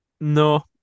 No